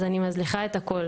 אז אני מזניחה את הכול.